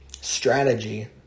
strategy